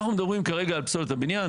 אנחנו מדברים כרגע על פסולת הבנייה.